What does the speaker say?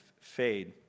fade